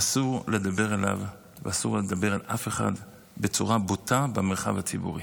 אסור לדבר אליו ואסור לדבר אל אף אחד בצורה בוטה במרחב הציבורי.